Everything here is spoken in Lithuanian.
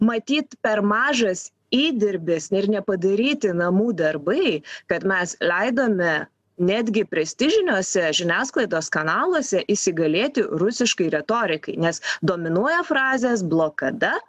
matyt per mažas įdirbis ir nepadaryti namų darbai kad mes leidome netgi prestižiniuose žiniasklaidos kanaluose įsigalėti rusiškai retorikai nes dominuoja frazės blokada